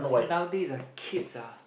nowadays ah kids ah